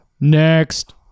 Next